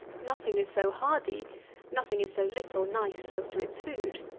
nothing is so hardy nothing is so little nice as to its food.